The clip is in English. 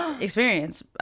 experience